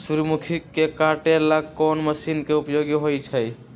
सूर्यमुखी के काटे ला कोंन मशीन के उपयोग होई छइ?